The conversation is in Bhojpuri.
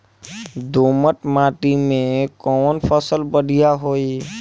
दोमट माटी में कौन फसल बढ़ीया होई?